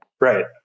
Right